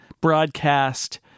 broadcast